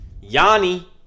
Yanni